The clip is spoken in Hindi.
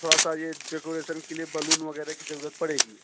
थोड़ा सा यह डेकोरेसन के लिए बलून वगैरह की जरूरत पड़ेगी